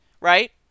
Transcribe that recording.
right